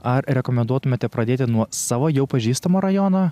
ar rekomenduotumėte pradėti nuo savo jau pažįstamo rajono